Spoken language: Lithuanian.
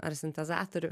ar sintezatorių